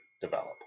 develop